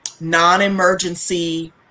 non-emergency